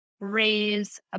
raise